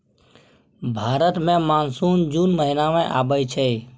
भारत मे मानसून जुन महीना मे आबय छै